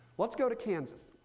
let's go to kansas.